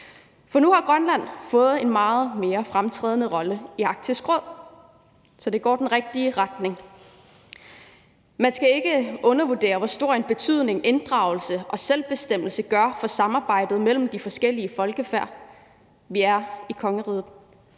For nu har Grønland fået en meget mere fremtrædende rolle i Arktisk Råd, så det går i den rigtige retning. Man skal ikke undervurdere, hvor stor en betydning inddragelse og selvbestemmelse har for samarbejdet mellem de forskellige folkefærd, vi er i kongeriget.